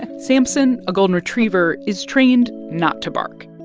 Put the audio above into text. ah sampson, a golden retriever, is trained not to bark.